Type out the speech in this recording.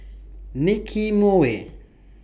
Nicky Moey